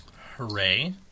Hooray